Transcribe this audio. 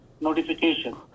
notification